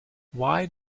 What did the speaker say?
why